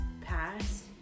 past